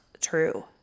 true